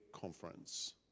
conference